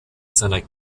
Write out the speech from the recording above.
seiner